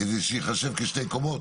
כדי שייחשב כשתי קומות?